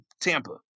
Tampa